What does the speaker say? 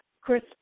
Chris